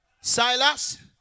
Silas